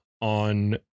on